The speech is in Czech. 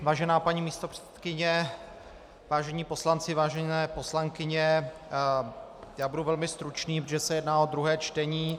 Vážená paní místopředsedkyně, vážení poslanci, vážené poslankyně, budu velmi stručný, protože se jedná o druhé čtení.